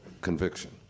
conviction